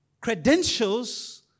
credentials